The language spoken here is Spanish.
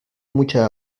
mucha